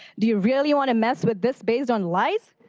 do you really want to mess with this based on lies?